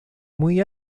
muy